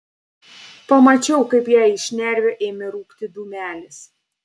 pamačiau kaip jai iš šnervių ėmė rūkti dūmelis